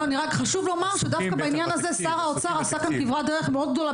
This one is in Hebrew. חשוב לומר שדווקא בעניין הזה שר האוצר עשה כאן כברת דרך מאוד גדולה,